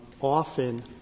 often